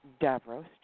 Davros